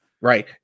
Right